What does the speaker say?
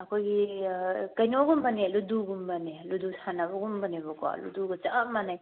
ꯑꯩꯈꯣꯏꯒꯤ ꯀꯩꯅꯣꯒꯨꯝꯕꯅꯦ ꯂꯨꯗꯣꯒꯨꯝꯕꯅꯦ ꯂꯨꯗꯣ ꯁꯥꯟꯅꯕꯒꯨꯝꯕꯅꯦꯕꯀꯣ ꯂꯨꯗꯣꯒ ꯆꯞ ꯃꯥꯟꯅꯩ